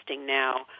now